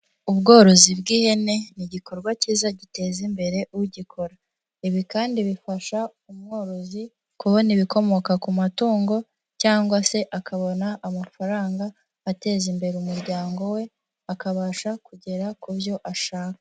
Ubworozi bw'ihene ni igikorwa cyiza giteza imbere ugikora. Ibi kandi bifasha umworozi kubona ibikomoka ku matungo cyangwa se akabona amafaranga ateza imbere umuryango we, akabasha kugera ku byo ashaka.